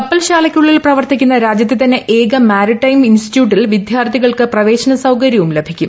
കപ്പൽശാലയ്ക്കുള്ളിൽ പ്രവർത്തിക്കുന്ന രാജ്യത്തെ തന്നെ ഏക മാരിടൈം ഇൻസ്റ്റിറ്റ്യൂട്ടിൽ വിദ്യാർത്ഥികൾക്ക് പരിശീലന സൌകര്യവും ലഭിക്കും